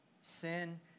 sin